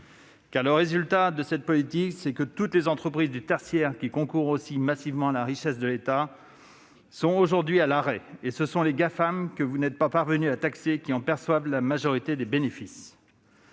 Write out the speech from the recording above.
Le résultat de votre politique, en effet, c'est que toutes les entreprises du secteur tertiaire qui concourent massivement à la richesse de l'État sont aujourd'hui à l'arrêt ; et ce sont les Gafam, que vous n'êtes pas parvenus à taxer, qui en perçoivent la majorité des bénéfices.